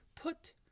put